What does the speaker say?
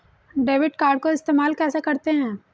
Debit card को इस्तेमाल कैसे करते हैं?